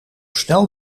snel